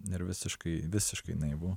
ir visiškai visiškai naivu